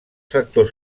factors